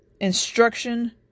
Instruction